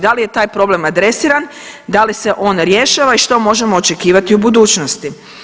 Da li je taj problem adresiran, da li se on rješava i što možemo očekivati u budućnosti?